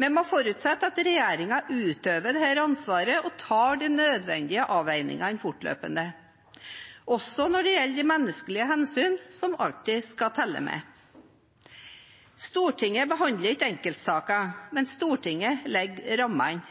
Man forutsetter at regjeringen utøver dette ansvaret og tar de nødvendige avveiningene fortløpende, også når det gjelder menneskelige hensyn, som alltid skal telle med. Stortinget behandler ikke enkeltsaker, men Stortinget legger rammene.